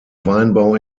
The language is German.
weinbau